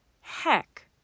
heck